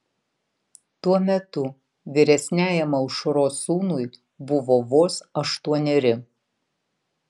tuo metu vyresniajam aušros sūnui buvo vos aštuoneri